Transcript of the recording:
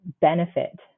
benefit